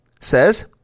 says